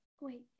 Wait